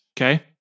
okay